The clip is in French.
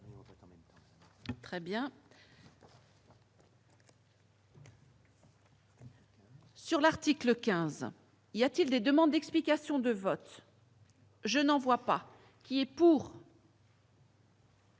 le 322. Sur l'article 15 il y a-t-il des demandes d'explications de vote. Je n'en vois pas qui est pour.